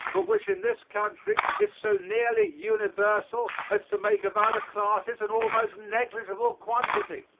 but which in this country is so nearly universal as to make of other classes an almost negligible quantity.